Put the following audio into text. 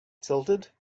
tilted